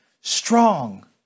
strong